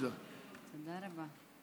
תודה רבה.